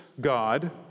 God